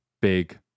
big